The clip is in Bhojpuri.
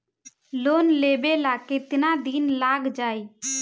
लोन लेबे ला कितना दिन लाग जाई?